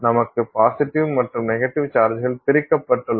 நமக்கு மற்றும் சார்ஜ்கள் பிரிக்கப்பட்டுள்ளன